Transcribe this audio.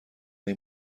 این